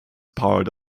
part